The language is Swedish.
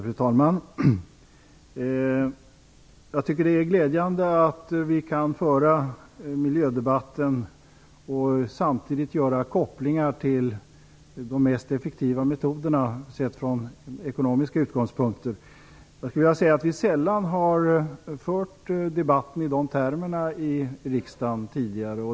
Fru talman! Jag tycker att det är glädjande att vi kan föra en miljödebatt och samtidigt göra kopplingen till de mest effektiva metoderna, sett ur ekonomisk synpunkt. Vi har sällan fört debatten i de termerna i riksdagen tidigare.